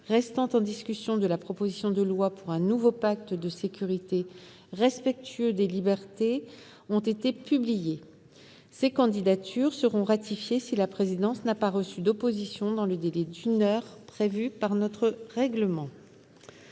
restant en discussion de la proposition de loi pour un nouveau pacte de sécurité respectueux des libertés ont été publiées. Ces candidatures seront ratifiées si la présidence n'a pas reçu d'opposition dans le délai d'une heure prévu par notre règlement.